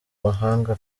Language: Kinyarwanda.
mahanga